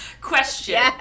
Question